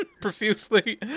profusely